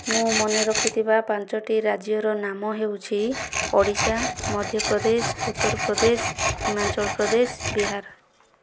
ମୁଁ ମନେ ରଖିଥିବା ପାଞ୍ଚଟି ରାଜ୍ୟର ନାମ ହେଉଛି ଓଡ଼ିଶା ମଧ୍ୟପ୍ରଦେଶ ଉତ୍ତରପ୍ରଦେଶ ହିମାଚଳପ୍ରଦେଶ ବିହାର